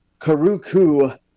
Karuku